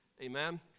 Amen